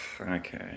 Okay